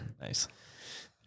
Nice